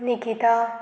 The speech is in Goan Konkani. निकिता